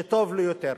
שטוב לו יותר.